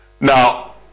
Now